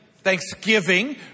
thanksgiving